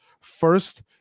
first